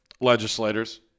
legislators